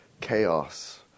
chaos